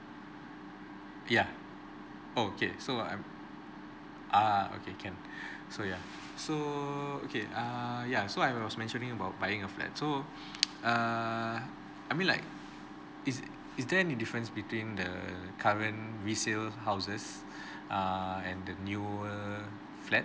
yeah okay so um err okay can so yeah so okay err ya so I was mentioning about buying a flat so err I mean like is is there any difference between the current resale houses err and the newer flats